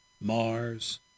Mars